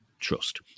trust